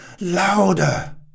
louder